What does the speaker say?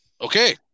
okay